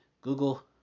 Google